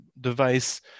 device